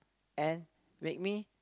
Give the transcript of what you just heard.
and make me